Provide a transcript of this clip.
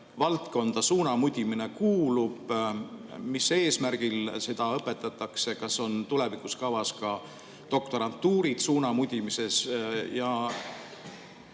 valdkonda suunamudimine kuulub? Mis eesmärgil seda õpetatakse? Kas on tulevikus kavas ka doktorantuurid suunamudimises?